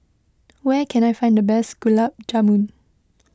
where can I find the best Gulab Jamun